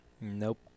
Nope